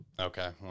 Okay